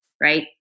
Right